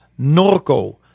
Norco